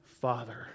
father